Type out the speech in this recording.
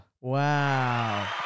Wow